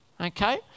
okay